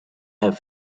have